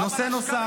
שנתי,